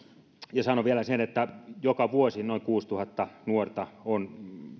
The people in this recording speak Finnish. ja sanon vielä sen että joka vuosi noin kuusituhatta nuorta on